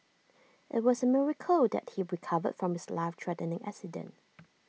IT was A miracle that he recovered from his life threatening accident